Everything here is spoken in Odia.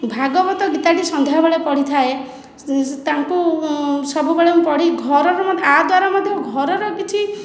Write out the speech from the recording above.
ଭାଗବତ ଗୀତାଟି ସନ୍ଧ୍ୟାବେଳେ ପଢ଼ିଥାଏ ତାଙ୍କୁ ସବୁବେଳେ ମୁଁ ପଢ଼ି ଘରର ଏହାଦ୍ଵାରା ମଧ୍ୟ ଘରର କିଛି